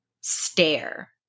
stare